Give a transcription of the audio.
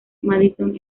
madison